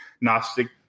Gnostic